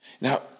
Now